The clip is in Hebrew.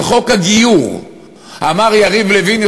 על חוק הגיור אמר יריב לוין,